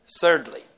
thirdly